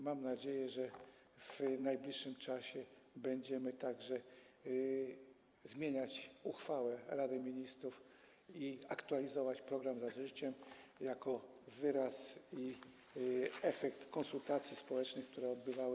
Mam nadzieję, że w najbliższym czasie będziemy także zmieniać uchwałę Rady Ministrów i aktualizować program „Za życiem” jako wyraz i efekt konsultacji społecznych, które się odbywały.